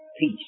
peace